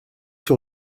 sur